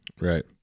Right